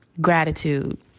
gratitude